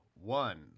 one